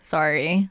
Sorry